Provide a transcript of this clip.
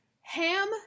Ham